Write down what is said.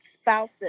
spouses